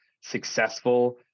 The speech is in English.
successful